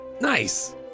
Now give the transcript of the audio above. nice